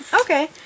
Okay